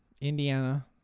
Indiana